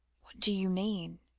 do you mean?